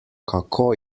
kako